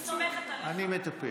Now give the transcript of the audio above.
אני סומכת עליך.